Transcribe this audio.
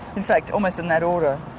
in fact almost in that order.